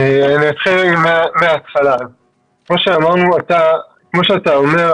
כמו שאתה אומר,